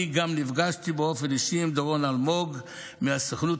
אני גם נפגשתי באופן אישי עם דורון אלמוג מהסוכנות